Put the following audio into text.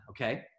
okay